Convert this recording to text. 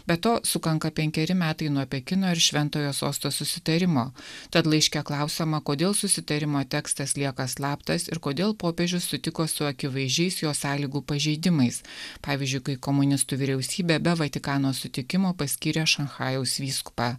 be to sukanka penkeri metai nuo pekino ir šventojo sosto susitarimo tad laiške klausiama kodėl susitarimo tekstas lieka slaptas ir kodėl popiežius sutiko su akivaizdžiais jo sąlygų pažeidimais pavyzdžiui kai komunistų vyriausybė be vatikano sutikimo paskyrė šanchajaus vyskupą